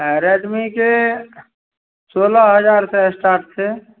र रेडमीके सोलह हजारसे स्टार्ट छै